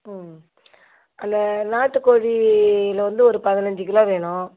ம் அந்த நாட்டுக் கோழியில வந்து ஒரு பதனஞ்சு கிலோ வேணும்